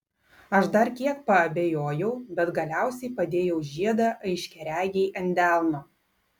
aš dar kiek paabejojau bet galiausiai padėjau žiedą aiškiaregei ant delno